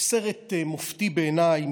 יש סרט מופתי בעיניי,